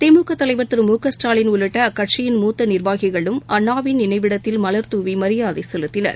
திமுகதலைவர் திரு மு க ஸ்டாலின் உள்ளிட்டஅக்கட்சியின் மூத்தநிர்வாகிகளும் அண்ணாவின் நினைவிடத்தில் மலர்தூவிமரியாதைசெலுத்தினர்